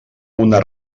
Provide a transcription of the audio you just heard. una